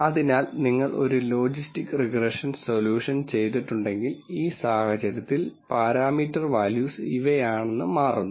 അതിനാൽ നിങ്ങൾ ഒരു ലോജിസ്റ്റിക് റിഗ്രഷൻ സൊല്യൂഷൻ ചെയ്തിട്ടുണ്ടെങ്കിൽ ഈ സാഹചര്യത്തിൽ പരാമീറ്റർ വാല്യൂസ് ഇവയാണെന്ന് മാറുന്നു